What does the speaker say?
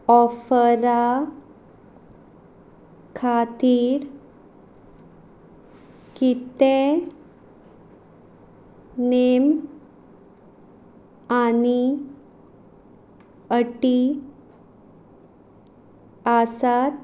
ऑफरां खातीर कितें नेम आनी अटी आसात